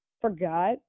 forgot